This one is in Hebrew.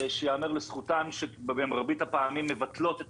שייאמר לזכותן שבמרבית הפעמים מבטלות את